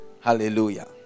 Hallelujah